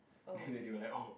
then they they were like oh